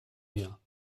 mir